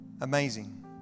amazing